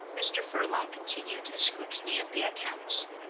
mr. furlong continued his scrutiny of the accounts.